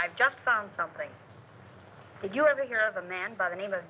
i've just found something if you ever hear of a man by the name of